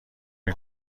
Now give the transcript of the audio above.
این